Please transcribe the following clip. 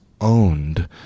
owned